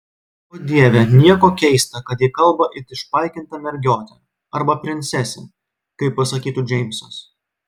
o dieve nieko keista kad ji kalba it išpaikinta mergiotė arba princesė kaip pasakytų džeimsas